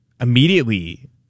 immediately